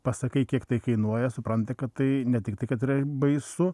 pasakai kiek tai kainuoja supranta kad tai ne tik tai kad baisu